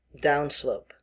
downslope